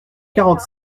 quarante